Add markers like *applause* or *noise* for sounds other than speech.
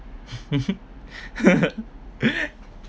*laughs*